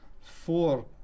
four